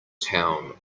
town